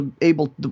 able –